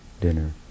dinner